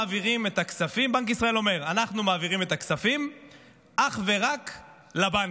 בנק ישראל אומר: אנחנו מעבירים את הכספים אך ורק לבנקים.